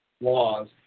laws